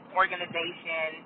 organization